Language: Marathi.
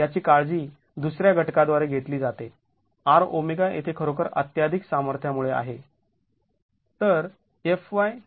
याची काळजी दुसऱ्या घटकाद्वारे घेतली जाते RΩ येथे खरोखर अत्त्याधिक सामर्थ्यामुळे आहे